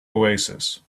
oasis